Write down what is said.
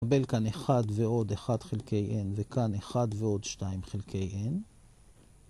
נקבל כאן 1 ועוד 1 חלקי n וכאן 1 ועוד 2 חלקי n.